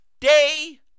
day